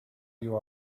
you